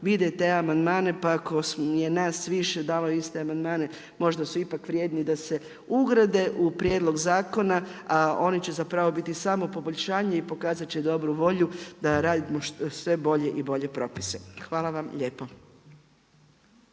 vide te amandmane pa ako je nas više dalo iste amandmane možda se ipak vrijedni da se ugrade u prijedlog zakona, a oni će zapravo biti samo poboljšanje i pokazat će dobru volju da radimo sve bolje i bolje propise. Hvala vam lijepo.